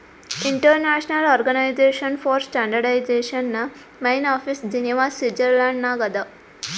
international organisation for standardisation main office Geneva Switzerland ನಾಗ್ ಅದಾ